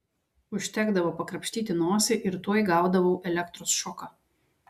užtekdavo pakrapštyti nosį ir tuoj gaudavau elektros šoką